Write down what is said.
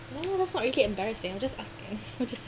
no that's not okay embarrassing you are just asking you know just